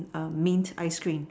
um mint ice cream